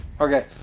Okay